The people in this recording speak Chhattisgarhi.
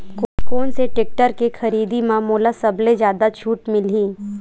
कोन से टेक्टर के खरीदी म मोला सबले जादा छुट मिलही?